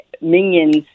minions